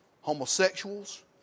homosexuals